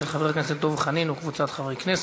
של חבר הכנסת דב חנין וקבוצת חברי כנסת.